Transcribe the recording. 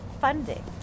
funding